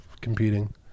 competing